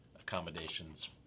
accommodations